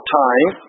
time